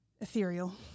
ethereal